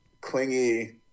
clingy